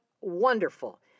wonderful